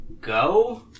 go